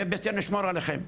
יהיה בסדר, נשמור עליכם.